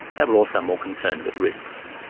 they were also more concerned with risks.